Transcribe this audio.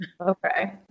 Okay